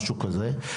משהו כזה,